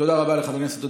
תודה רבה לחבר הכנסת פורר.